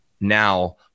now